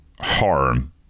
harm